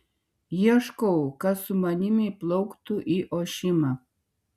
ieškau kas su manimi plauktų į ošimą